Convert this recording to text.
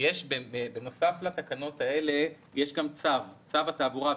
בנוסף לתקנות האלה יש גם את צו התעבורה.